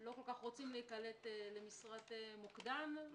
לא רוצים להיקלט למשרת מוקד\ן,